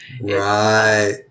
right